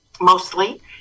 mostly